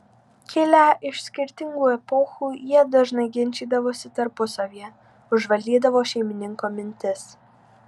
kilę iš skirtingų epochų jie dažnai ginčydavosi tarpusavyje užvaldydavo šeimininko mintis